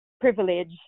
privilege